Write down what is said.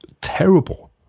Terrible